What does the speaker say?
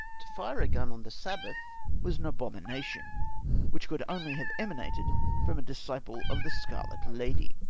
to fire a gun on the sabbath was an abomination which could only have emanated fr om a disciple of the scarlet lady,